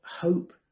hope